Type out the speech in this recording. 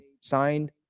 signed